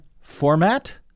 format